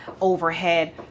overhead